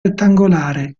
rettangolare